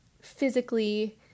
physically